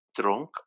drunk